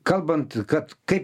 kalbant kad kaip